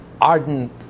ardent